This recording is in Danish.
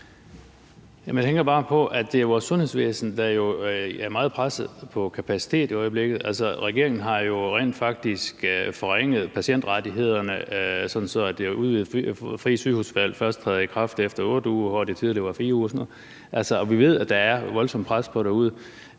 på, at vores sundhedsvæsen jo er meget presset på kapacitet i øjeblikket. Altså, regeringen har jo rent faktisk forringet patientrettighederne, sådan at det udvidede frie sygehusvalg først træder i kraft efter 8 uger, hvor det tidligere var 4 uger. Og vi ved, at der er et voldsomt pres på det derude.